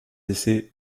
essais